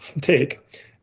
take